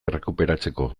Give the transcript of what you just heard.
errekuperatzeko